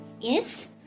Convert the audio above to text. Yes